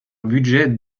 budget